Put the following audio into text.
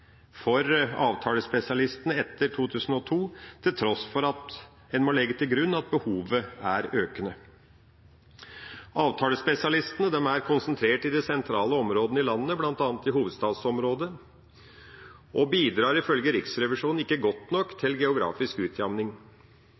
for avtalespesialistene etter 2002, til tross for at en må legge til grunn at behovet er økende. Avtalespesialistene er konsentrert i de sentrale områdene i landet, bl.a. i hovedstadsområdet, og bidrar ifølge Riksrevisjonen ikke godt nok til geografisk utjamning.